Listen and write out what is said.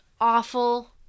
awful